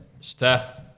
Steph